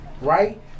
Right